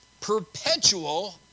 perpetual